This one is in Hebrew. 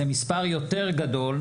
זה מספר יותר גדול,